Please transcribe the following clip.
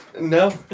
no